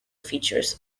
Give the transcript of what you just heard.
features